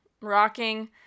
rocking